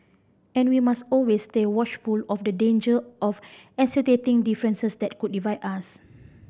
and we must always stay watchful of the danger of accentuating differences that could divide us